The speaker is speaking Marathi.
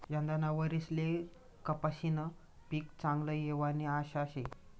यंदाना वरीसले कपाशीनं पीक चांगलं येवानी आशा शे